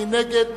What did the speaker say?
מי נגד?